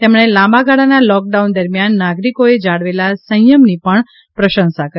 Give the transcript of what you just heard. તેમણે લાંબાગાળાના lockdown દરમિયાન નાગરિકોએ જાળવેલા સંયમની પણ પ્રશંસા કરી